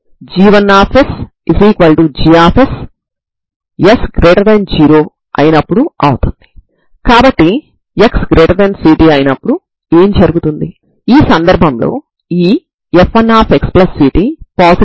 sin μb cos μb స్థానంలో sin μa cos μa ని పెట్టడం వల్ల మీరు sin μ cos μb sin μx cos μx sin μa cos μa ని పొందుతారు